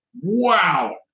wow